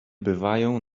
bywają